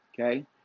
okay